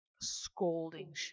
scolding